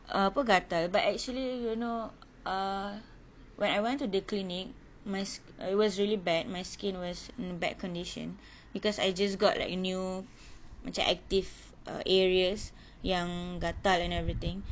err apa gatal but actually you know uh when I went to clinic my sk~ it was really bad my skin was in bad condition because I just got like new macam active err areas yang gatal and everything